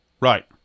right